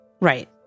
Right